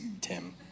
Tim